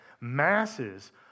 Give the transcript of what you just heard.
masses